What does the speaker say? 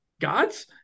God's